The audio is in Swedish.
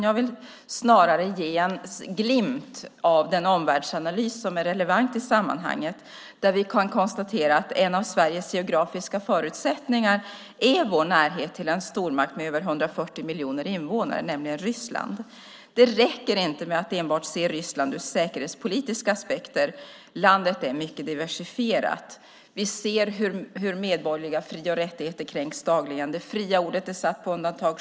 Jag vill snarare ge en glimt av den omvärldsanalys som är relevant i sammanhanget, där vi kan konstatera att en av Sveriges geografiska förutsättningar är vår närhet till en stormakt med över 140 miljoner invånare, nämligen Ryssland. Det räcker inte att enbart se Ryssland ur säkerhetspolitiska aspekter. Landet är mycket diversifierat. Vi ser hur medborgerliga fri och rättigheter kränks dagligen. Det fria ordet är satt på undantag.